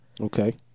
Okay